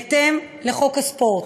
בהתאם לחוק הספורט.